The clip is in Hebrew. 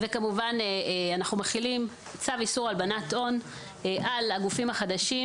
כמובן אנחנו מחילים צו איסור הלבנת הון על הגופים החדשים